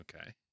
Okay